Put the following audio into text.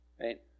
Right